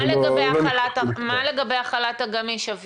מה לגבי החל"ת הגמיש, אביעד?